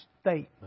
statement